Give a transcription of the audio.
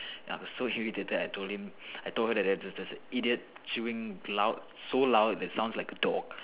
I got so irritated I told him I told her that there was a idiot chewing loud so loud that it sounds like a dog